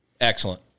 Excellent